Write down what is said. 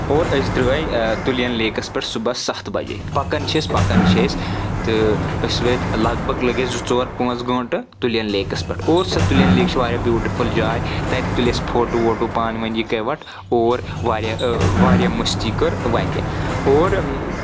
اور أسۍ دراے تُلین لیکس پٮ۪ٹھ صُبحس سَتھ بَجے پَکان چھِ أسۍ پَکان چھِ أسۍ تہٕ أسۍ وٲتۍ لَگ بگ لٔگۍ اسہِ زٕ ژور پانٛژھ گنٹہٕ تُلین لیکس پٮ۪ٹھ اور سُہ تُلین لیک چھ واریاہ بیوٗٹفُل جاے تَتہِ تُلۍ اسہِ فوٹو ووٹو پانہٕ ؤنۍ یِکوٹہٕ اور واریاہ واریاہ مٔستی کٔر وَتہِ اور